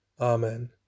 Amen